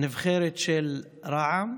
לנבחרת של רע"מ